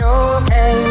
okay